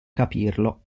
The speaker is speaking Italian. capirlo